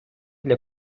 для